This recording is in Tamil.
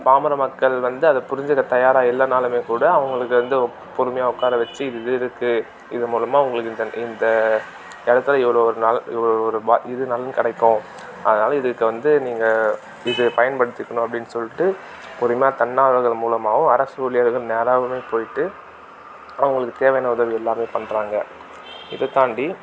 பாமர மக்கள் வந்து அதை புரிஞ்சுக்க தயாராக இல்லைனாலுமே கூட அவங்களுக்கு வந்து பொறுமையாக உட்கார வெச்சு இது இது இருக்குது இதன் மூலமாக உங்களுக்கு இந்த இடத்துல இவ்வளோ நாள் இவ்வளோ ரூபாய் இதுனாலும் கிடைக்கும் அதனால் இதுக்கு வந்து நீங்கள் இது பயன்படுத்திக்கணும் அப்படின்னு சொல்லிட்டு பொறுமையாக தன்னார்வலர்கள் மூலமாகவும் அரசு ஊழியர்கள் நேராகவுமே போய்ட்டு அவங்களுக்கு தேவையான உதவி எல்லாமே பண்ணுறாங்க இதைத்தாண்டி